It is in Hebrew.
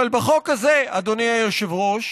אבל בחוק הזה, אדוני היושב-ראש,